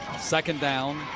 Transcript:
second down.